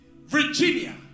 Virginia